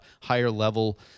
higher-level